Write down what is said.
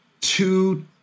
two